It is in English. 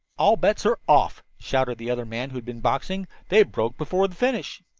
all bets are off, shouted the other man who had been boxing they broke before the finish.